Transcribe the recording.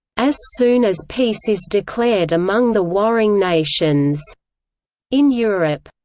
as soon as peace is declared among the warring nations in europe.